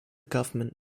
government